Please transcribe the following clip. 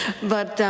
but